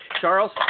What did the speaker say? Charles